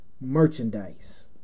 merchandise